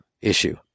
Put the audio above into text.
issue